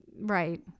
right